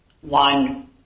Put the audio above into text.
One